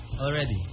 already